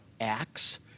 Acts